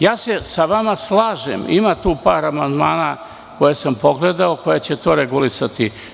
Slažem se sa vama, ima tu par amandmana koje sam pogledao, koji će to regulisati.